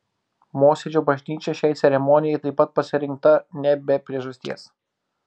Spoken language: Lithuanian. mosėdžio bažnyčia šiai ceremonijai taip pat pasirinkta ne be priežasties